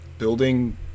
Building